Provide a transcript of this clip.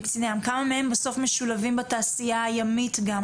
כמה מהם בסוף משולבים בתעשייה הימית גם,